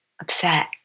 upset